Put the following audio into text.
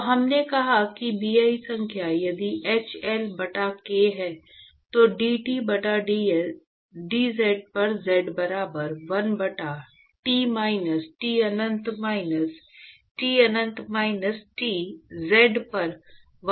तो हमने कहा कि Bi संख्या यदि hL बटा k है जो dT बटा dz पर z बराबर 1 बटा T माइनस T अनंत माइनस T अनंत माइनस T z पर 1 के बराबर है